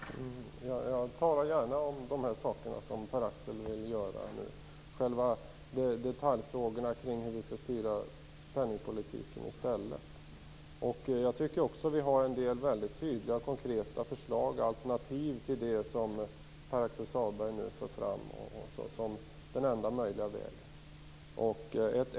Fru talman! Jag talar gärna om de saker som Pär Axel Sahlberg vill tala om nu. dvs. själva detaljfrågorna kring hur vi skall styra penningpolitiken i stället. Jag tycker också att vi har en del väldigt tydliga och konkreta förslag och alternativ till det som Pär Axel Sahlberg nu för fram som den enda möjliga vägen.